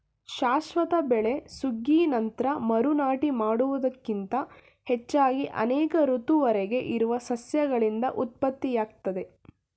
ಶಾಶ್ವತ ಬೆಳೆ ಸುಗ್ಗಿ ನಂತ್ರ ಮರು ನಾಟಿ ಮಾಡುವುದಕ್ಕಿಂತ ಹೆಚ್ಚಾಗಿ ಅನೇಕ ಋತುವರೆಗೆ ಇರುವ ಸಸ್ಯಗಳಿಂದ ಉತ್ಪತ್ತಿಯಾಗ್ತದೆ